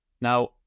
Now